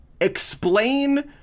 explain